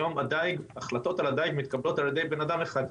היום החלטות על הדיג מתקבלות על ידי אדם אחד,